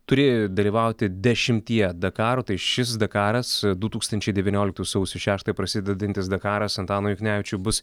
turėjo dalyvauti dešimtyje dakarų tai šis dakaras du tūkstančiai devynioliktų sausio šeštąją prasidedantis dakaras antanui juknevičiui bus